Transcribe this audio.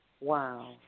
Wow